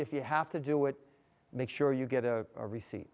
if you have to do it make sure you get a receipt